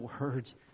words